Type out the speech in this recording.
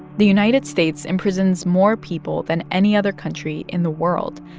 the united states imprisons more people than any other country in the world.